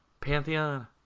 pantheon